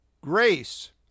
grace